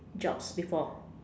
jobs before